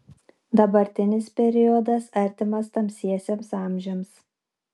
dabartinis periodas artimas tamsiesiems amžiams